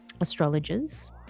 astrologers